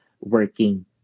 working